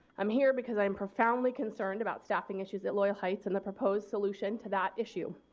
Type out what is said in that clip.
i'm here because i'm profoundly concerned about staffing issues at loyal heights and the proposed solution to that issue.